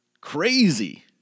Crazy